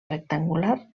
rectangular